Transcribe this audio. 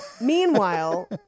Meanwhile